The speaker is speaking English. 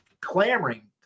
clamoring